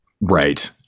Right